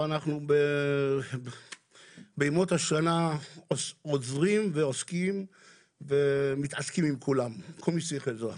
אבל אנחנו בימות השנה עוזרים ועוסקים עם כל מי שצריך עזרה.